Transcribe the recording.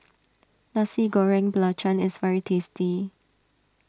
Nasi Goreng Belacan is very tasty